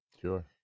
Sure